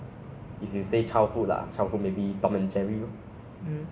and I think most everybody would agree ah it's like very funny [what]